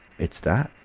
it's that,